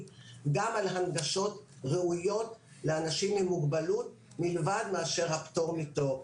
גם על הנגשות ראויות לאנשים עם מוגבלות מלבד הפטור מתור.